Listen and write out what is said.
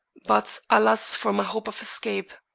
but alas for my hopes of escape!